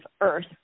earth